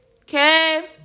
Okay